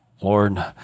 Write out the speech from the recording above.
Lord